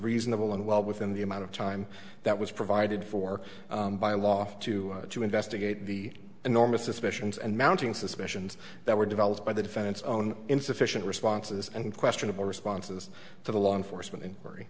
reasonable and well within the amount of time that was provided for by law to investigate the enormous suspicions and mounting suspicions that were developed by the defendant's own insufficient responses and questionable responses to the law enforcement and